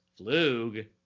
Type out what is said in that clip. Flug